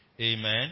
Amen